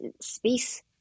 space